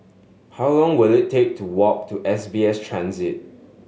how long will it take to walk to S B S Transit